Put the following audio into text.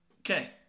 Okay